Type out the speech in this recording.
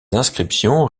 inscriptions